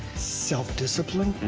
self discipline,